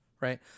right